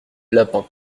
lapins